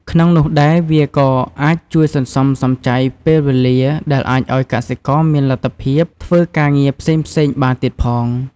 ក្នុងនោះដែរ វាក៏អាចជួយសន្សំសំចៃពេលវេលា ដែលអាចឱ្យកសិករមានលទ្ធភាពធ្វើការងារផ្សេងៗបានទៀតផង។